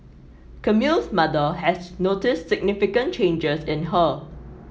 Camille's mother has noticed significant changes in her